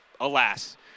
alas